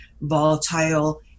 volatile